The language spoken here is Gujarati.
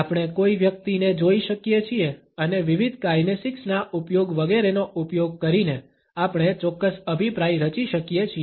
આપણે કોઈ વ્યક્તિને જોઈ શકીએ છીએ અને વિવિધ કાઇનેસિક્સ ના ઉપયોગ વગેરેનો ઉપયોગ કરીને આપણે ચોક્કસ અભિપ્રાય રચી શકીએ છીએ